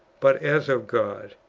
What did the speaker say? but as of god,